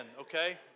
okay